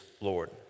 Lord